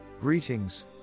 Greetings